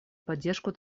поддержку